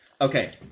Okay